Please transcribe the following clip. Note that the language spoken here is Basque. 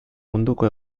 munduko